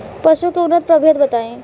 पशु के उन्नत प्रभेद बताई?